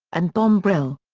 and bom brill.